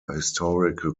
historical